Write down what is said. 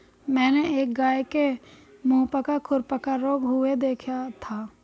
मैंने एक गाय के मुहपका खुरपका रोग हुए देखा था